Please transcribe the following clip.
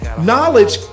knowledge